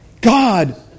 God